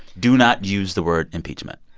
do not use the word impeachment,